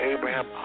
Abraham